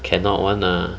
cannot [one] lah